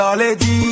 lady